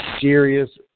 serious